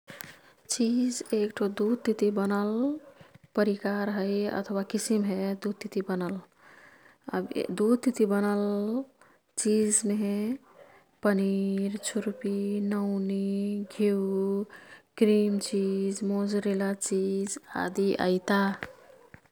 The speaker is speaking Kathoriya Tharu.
चिज एक्ठो दुधतिती बनल परिकार है अथवा किसिम हे दुधतिती बनल। अब दुधतिती बनल चीजमेहे पनिर, छुर्पी, नौनी, घिऊ, क्रिमचिज, मोज्रेला चिज आदि आइता।